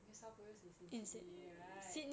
new south wales is in sydney right